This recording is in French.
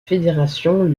fédération